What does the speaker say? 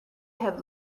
have